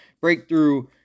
Breakthrough